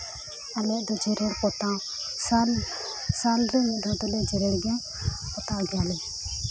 ᱟᱞᱮᱭᱟᱜ ᱫᱚ ᱡᱮᱨᱮᱲ ᱯᱚᱛᱟᱣ ᱥᱟᱞ ᱥᱟᱞᱨᱮ ᱢᱤᱫ ᱫᱷᱟᱣ ᱫᱚᱞᱮ ᱡᱮᱨᱮᱲ ᱜᱮᱭᱟ ᱯᱚᱛᱟᱣ ᱜᱮᱭᱟᱞᱮ